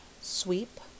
sweep